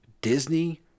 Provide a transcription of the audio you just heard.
Disney